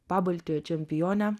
pabaltijo čempione